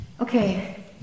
Okay